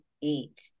eat